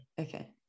Okay